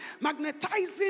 magnetizing